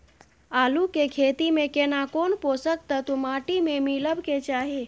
आलू के खेती में केना कोन पोषक तत्व माटी में मिलब के चाही?